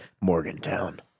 Morgantown